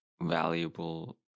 valuable